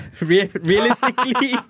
Realistically